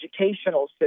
educational